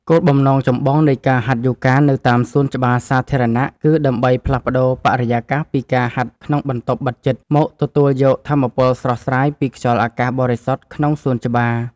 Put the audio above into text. គោលបំណងចម្បងនៃការហាត់យូហ្គានៅតាមសួនច្បារសាធារណៈ គឺដើម្បីផ្លាស់ប្តូរបរិយាកាសពីការហាត់ក្នុងបន្ទប់បិទជិត មកទទួលយកថាមពលស្រស់ស្រាយពីខ្យល់អាកាសបរិសុទ្ធក្នុងសួនច្បារ។